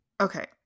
Okay